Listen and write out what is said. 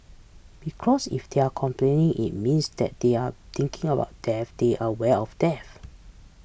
because if they are complaining it means that they are thinking about death they are aware of death